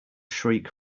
shriek